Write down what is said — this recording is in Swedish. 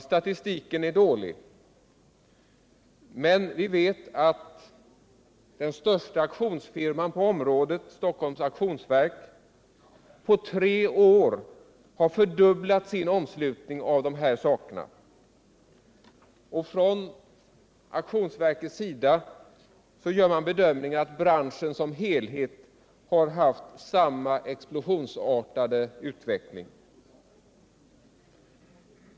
Statistiken är dålig, men vi vet att den största auktionsfirman på området, Stockholms Auktionsverk, på tre år har fördubblat sin omslutning när det gäller dessa saker. Från auktionsverkets sida gör man bedömningen att branschen som helhet har haft samma explosionsartade utveckling.